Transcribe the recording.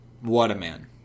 What-A-Man